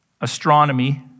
astronomy